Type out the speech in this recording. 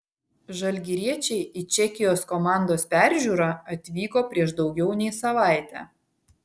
žalgiriečiai į čekijos komandos peržiūrą atvyko prieš daugiau nei savaitę